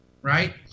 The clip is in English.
right